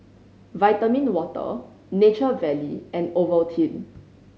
Vitamin Water Nature Valley and Ovaltine